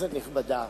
כנסת נכבדה,